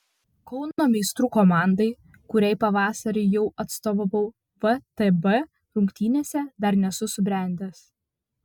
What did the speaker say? kauno meistrų komandai kuriai pavasarį jau atstovavau vtb rungtynėse dar nesu subrendęs